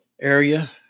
area